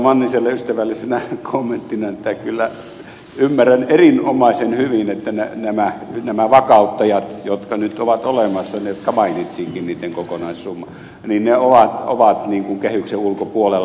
manniselle ystävällisenä kommenttina että kyllä ymmärrän erinomaisen hyvin että nämä vakauttajat jotka nyt ovat olemassa jotka mainitsinkin niiden kokonaissumman ovat kehyksen ulkopuolella